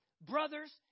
brothers